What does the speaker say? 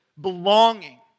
belonging